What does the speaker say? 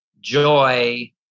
joy